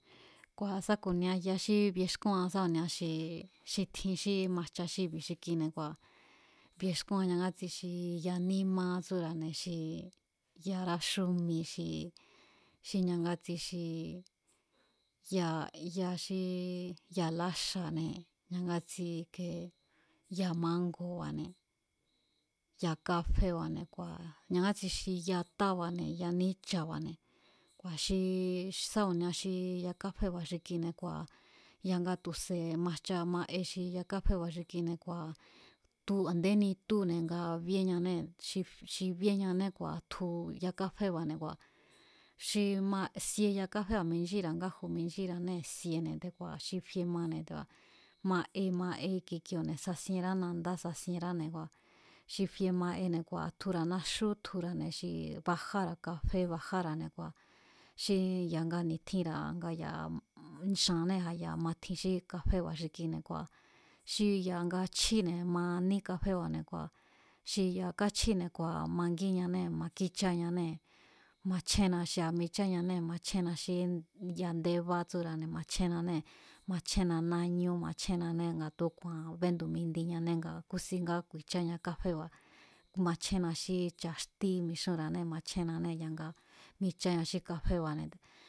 Kua̱ sa ku̱nia ya xí biexkúan sa ku̱nia xi tjin xí majcha xí i̱bi̱ xi kine̱ kua̱ biexkúan ñangátsi xi ya nímá tsúra̱ne̱, xi yara xúmi, xi ñangatsi xi ya ya xí ya láxa̱ne̱, ñangátsi kee ya mangu̱ba̱ne̱, ya káféba̱ne̱, kua̱ ñangátsi xi ya tába̱ne̱, ya níchabáne̱, kua̱ xi sá ku̱nia xi yakáféba̱ xi kine̱ kua̱ ya̱nga tu̱se̱ majcha ma'e xi ya káféba̱ xi kine̱ kua̱ tu a̱ndéni túne̱ nga bíéñanée̱ xi xi bíéñané kua̱ tju yakáféba̱ne̱ kua̱ xi ma'e sie yakáféba̱ minchíra̱a ngáju̱ michíra̱nee̱ siene̱ te̱ku̱a̱ xi fie mane̱ te̱ku̱a̱ ma'e ma'e kikioo̱ne̱ sasienrá nandá sasienráne̱ kua̱ xi fie ma'ene̱ kua̱ tjura̱ naxú tjura̱ xi bajára̱ kafe bajára̱ne̱ kua̱ xi ya̱ga ni̱tjinra̱ nga ya̱a xa̱annee̱ a̱ ya̱ ma tjin xí kaféba̱ xi kine̱ kua̱ xi ya̱nga chjíne̱ maaní kafeba̱ kua̱ xi ya̱a kachjíne̱ mangíñanée̱ makíchañanée̱ machjen xi ya̱a micháñanee̱ machjénna xí yandéba̱ tsúra̱ne̱ machjennanée̱, machjénna náñú machjénanée̱ nga tu̱úku̱a̱n bendu̱mindinanee̱ nga kúsin nga ku̱i̱cháña káféba̱ machjénna xí chaxtí mixúnra̱nee̱ machjenanée̱ ya̱nga micháña xí kafeba̱ kátinanee̱.